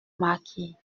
marquis